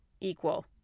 equal